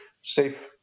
safe